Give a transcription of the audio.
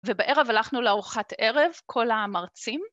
ובערב הלכנו לארוחת ערב, כל המרצים.